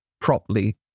properly